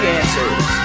answers